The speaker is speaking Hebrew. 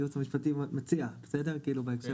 היועץ המשפטי מציע בסדר?